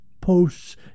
posts